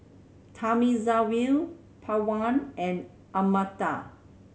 Thamizhavel Pawan and Amartya